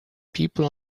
people